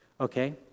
okay